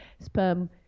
sperm